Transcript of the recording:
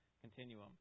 continuum